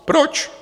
Proč?